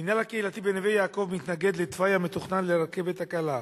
המינהל הקהילתי בנווה-יעקב מתנגד לתוואי המתוכנן לרכבת הקלה.